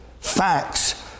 facts